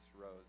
rose